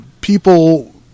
people